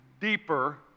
deeper